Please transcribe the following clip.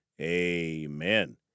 amen